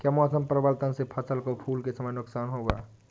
क्या मौसम परिवर्तन से फसल को फूल के समय नुकसान होगा?